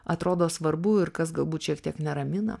atrodo svarbu ir kas galbūt šiek tiek neramina